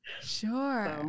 Sure